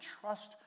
trust